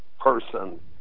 person